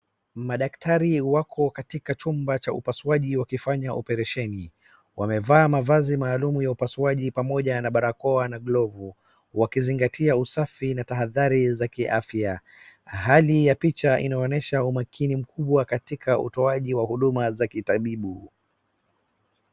Madaktari wako katika chumba cha upasuaji wakifanya operesheni, wamevaa mavazi maalum ya upasuaji pamoja na barakoa na glovu, wakizingatia usafi na tahadhari za kiafya. Hali ya picha inaonyesha umakini mkubwa katika utoaji wa huduma za kitabibu.